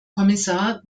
kommissar